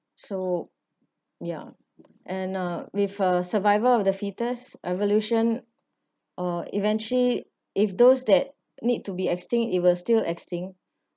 so ya and uh with a survival of the fittest evolution or eventually if those that need to be extinct it will still extinct